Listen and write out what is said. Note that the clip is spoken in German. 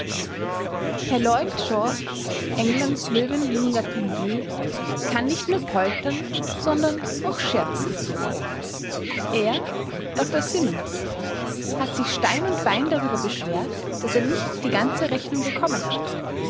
herr lloyd george englands löwenmähniger premier kann nicht nur poltern sondern auch scherzen er dr simons hat sich stein und bein darüber beschwert daß er nicht die ganze rechnung bekommen hat